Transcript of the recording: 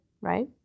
right